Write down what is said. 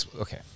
okay